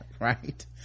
right